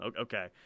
Okay